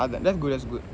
that's goog that's good